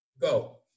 Go